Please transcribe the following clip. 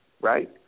right